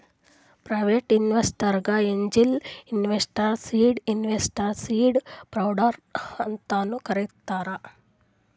private ಇನ್ವೆಸ್ಟರ್ಗ angel investor, seed investor, seed funder ಅಂತಾನು ಕರಿತಾರ್